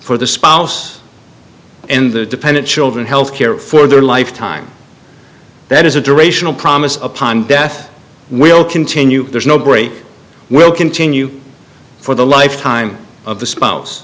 for the spouse in the dependent children health care for their lifetime that is a durational promise upon death will continue there is no great will continue for the lifetime of the spouse